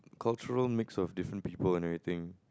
cultural mix of different people and everything